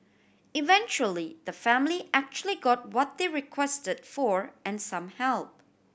eventually the family actually got what they requested for and some help